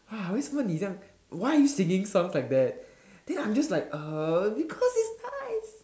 !wah! 为什么你的 why are you singing songs like that then I'm just like uh because it's nice